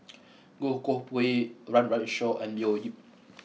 Goh Koh Pui Run Run Shaw and Leo Yip